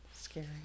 Scary